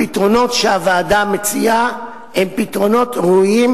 הפתרונות שהוועדה מציעה הם פתרונות ראויים